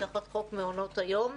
תחת חוק מעונות היום,